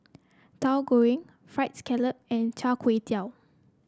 Tauhu Goreng fried scallop and Char Kway Teow